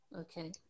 okay